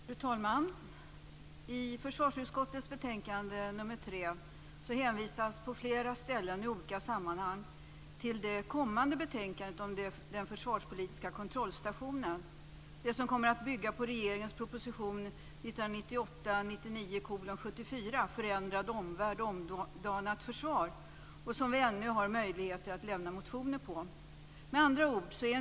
Fru talman! I försvarsutskottets betänkande nr 3 hänvisas på flera ställen och i olika sammanhang till det kommande betänkandet om den försvarspolitiska kontrollstationen. Det betänkandet kommer att bygga på regeringens proposition 1998/99:74 Förändrad omvärld - omdanat försvar. Vi har ännu möjlighet att lägga fram motioner med anledning av denna proposition.